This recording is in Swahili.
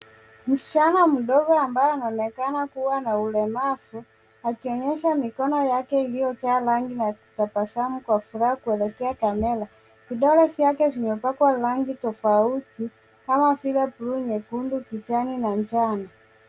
Msichana mdogo ambaye anaonekana kuwa na ulemavu akionyesha mikono yake iliyojaa rangi akitabasamu kuelekea kamera. Vidole vyake vimepakwa rangi tofauti kama vile bluu, nyekundu, kijani na njano.